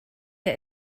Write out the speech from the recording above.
der